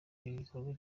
igikorwa